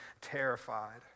terrified